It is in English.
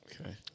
Okay